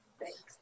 Thanks